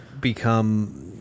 become